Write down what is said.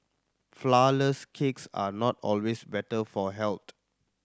flourless cakes are not always better for health